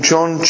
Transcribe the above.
John